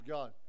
God